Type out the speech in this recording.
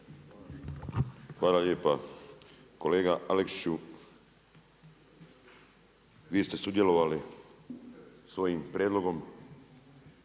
Hvala lijepa. Kolega Aleksiću, vi ste sudjelovali svojim prijedlogom,